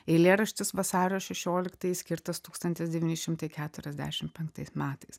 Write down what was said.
eilėraštis vasario šešioliktajai skirtas tūkstantis devyni šimtai keturiasdešim penktais metais